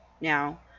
now